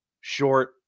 short